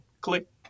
click